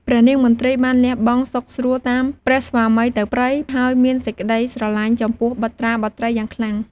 ព្រះនាងមទ្រីបានលះបង់សុខស្រួលតាមព្រះស្វាមីទៅព្រៃ ហើយមានសេចក្តីស្រឡាញ់ចំពោះបុត្រាបុត្រីយ៉ាងខ្លាំង។